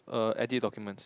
err edit documents